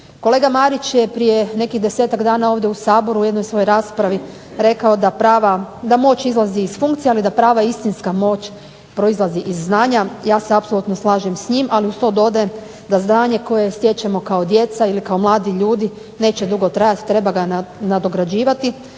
Kolega Marić je prije nekih desetak dana ovdje u SAboru u jednoj svojoj raspravi rekao da moć izlazi iz funkcija, ali da prava istinska moć proizlazi iz znanja. Ja se apsolutno slažem s njim, ali uz to dodajem da znanje koje stječemo kao djeca ili kao mladi ljudi neće dugo trajati, treba ga nadograđivati,